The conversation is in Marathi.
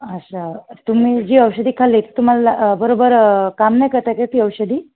अच्छा तुम्ही जी औषधी खाल्ली तुम्हाला बरोबर काम नाही करता का ती औषधी